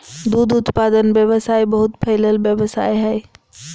दूध उत्पादन व्यवसाय बहुत फैलल व्यवसाय हइ